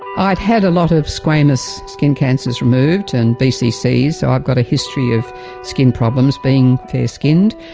i'd had a lot of squamous skin cancers removed and bccs, so i've got a history of skin problems, being fair skinned,